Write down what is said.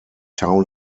town